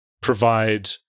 provide